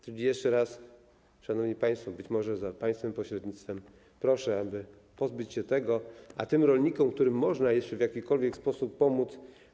Tu jeszcze raz, szanowni państwo, być może też za państwa pośrednictwem, proszę, by pozbyć się tego, a też pomóc tym rolnikom, którym można jeszcze w jakikolwiek sposób pomóc.